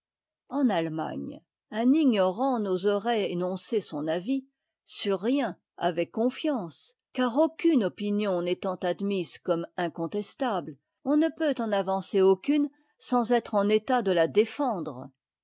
momentanément à un homme d'esprit enallemagne unignorantn'oserait énoncer sonavis sur rien avec confiance car aucune opinion n'étant admise comme incontestable on ne peut en avancer aucune sans être en état de la défendre